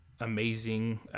amazing